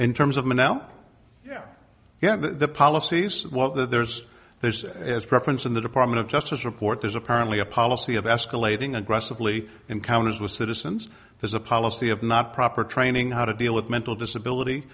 in terms of menow yeah yeah the policies well there's there's as preference in the department of justice report there's apparently a policy of escalating aggressively encounters with citizens there's a policy of not proper training how to deal with mental disability